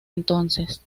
entonces